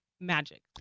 magic